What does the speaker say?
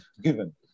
given